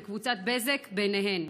וקבוצת בזק ביניהן.